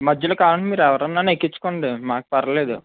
మధ్యలో కావాలంటే మీరు ఎవరినన్నా ఎక్కించుకోండి మాకు పర్వాలేదు